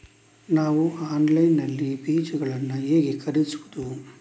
ನಾವು ಆನ್ಲೈನ್ ನಲ್ಲಿ ಬೀಜಗಳನ್ನು ಹೇಗೆ ಖರೀದಿಸುವುದು?